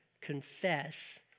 confess